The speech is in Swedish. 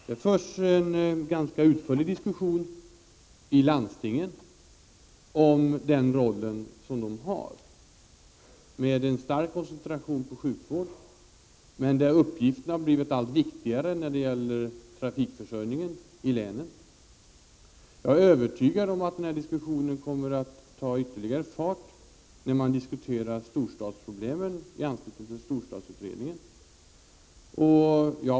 Det förs en ganska utförlig diskussion i landstingen om den roll de har med en stark koncentration på sjukvården, men där uppgifterna t.ex. har blivit allt viktigare när det gäller trafikförsörjningen i länen. Jag är övertygad om att denna diskussion kommer att ta ytterligare fart när man skall diskutera storstadsproblemen i anslutning till storstadsutredningen.